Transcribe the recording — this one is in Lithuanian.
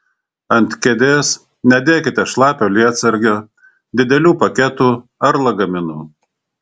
ant kėdės nedėkite šlapio lietsargio didelių paketų ar lagaminų